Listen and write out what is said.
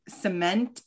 cement